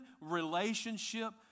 relationship